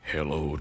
Hello